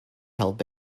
help